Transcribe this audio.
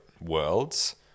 worlds